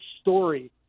story